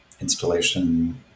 installation